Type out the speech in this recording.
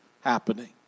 happening